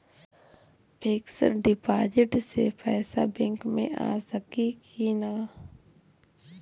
Fix deposit से पैसा bank मे आ सकी कि ना?